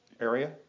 area